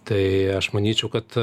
tai aš manyčiau kad